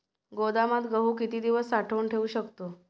गोदामात गहू किती दिवस साठवून ठेवू शकतो?